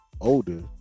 older